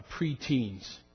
preteens